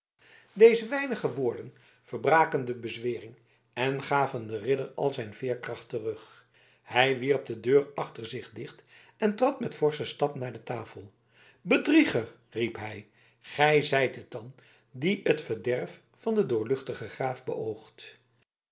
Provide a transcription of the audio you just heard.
deze weinige woorden verbraken de bezwering en gaven den ridder al zijn veerkracht terug hij wierp de deur achter zich dicht en trad met forschen stap naar de tafel bedrieger riep hij gij zijt het dan die het verderf van den doorluchtigen graaf beoogt